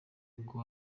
ubwo